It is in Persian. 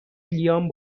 ویلیام